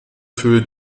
für